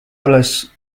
alles